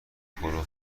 پرو